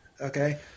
okay